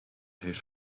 heeft